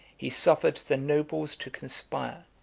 he suffered the nobles to conspire,